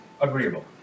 agreeable